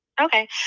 Okay